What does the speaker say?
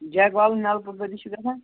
جَگوالُک نَلکہٕ کۭتِس چھُ گَژھان